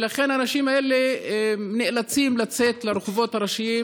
ולכן האנשים האלה נאלצים לצאת לרחובות הראשיים